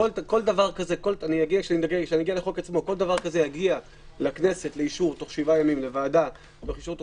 כל דבר כזה יגיע לכנסת לאישור הוועדה תוך 7 ימים.